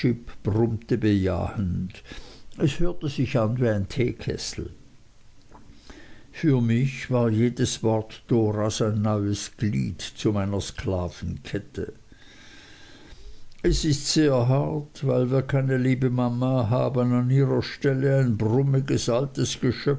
brummte bejahend es hörte sich an wie ein teekessel für mich war jedes wort doras ein neues glied zu meiner sklavenkette es ist sehr hart weil wir keine liebe mama haben an ihrer stelle ein